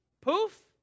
Poof